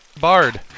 Bard